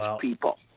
People